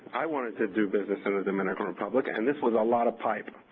i wanted to do business in the dominican republic, and this was a lot of pipes.